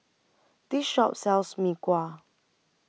This Shop sells Mee Kuah